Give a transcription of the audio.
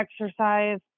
exercise